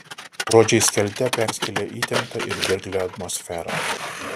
žodžiai skelte perskėlė įtemptą ir dirglią atmosferą